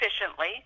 efficiently